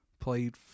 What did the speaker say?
Played